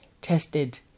tested